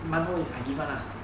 馒头 is I give [one] lah